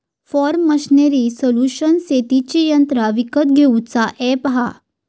form machinery solution शेतीची यंत्रा विकत घेऊचा अॅप हा